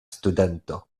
studento